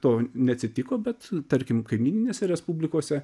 to neatsitiko bet tarkim kaimyninėse respublikose